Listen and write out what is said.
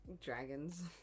dragons